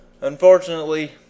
unfortunately